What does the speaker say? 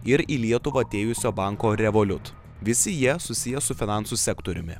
ir į lietuvą atėjusio banko revolut visi jie susiję su finansų sektoriumi